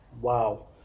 wow